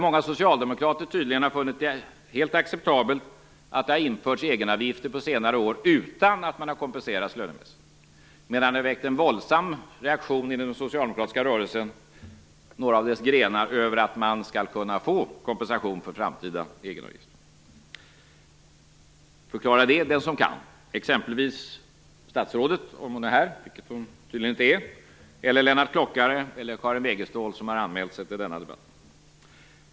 Många socialdemokrater har tydligen funnit det helt acceptabelt att det har införts egenavgifter på senare år utan att man har kompenserats lönemässigt, medan det har väckt en våldsam reaktion inom den socialdemokratiska rörelsen, i några av dess grenar, över att man skall kunna få kompensation för framtida egenavgifter. Förklara det den som kan, t.ex. statsrådet om hon är här, vilket hon tydligen inte är, eller Lennart Klockare eller Karin Wegestål, som har anmält sig till denna debatt!